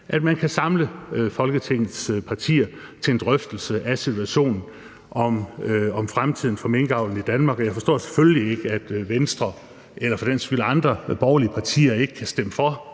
ligger, at samle Folketingets partier til en drøftelse af situationen og af fremtiden for minkavlen i Danmark. Og jeg forstår selvfølgelig ikke, at Venstre eller for den sags skyld andre borgerlige partier ikke kan stemme for